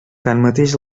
tanmateix